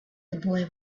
boy